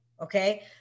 okay